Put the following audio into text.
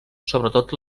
sobretot